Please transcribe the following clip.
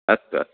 अस्तु अस्तु